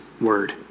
Word